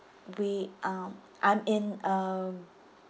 we um I'm in um